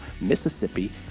Mississippi